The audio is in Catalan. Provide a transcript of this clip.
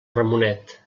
ramonet